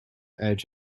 edge